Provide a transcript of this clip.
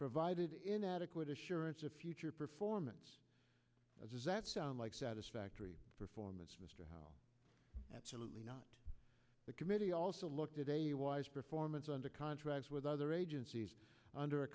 provided inadequate assurance of future performance of zat sound like satisfactory performance mr howe absolutely not the committee also looked at a wise performance under contract with other agencies under a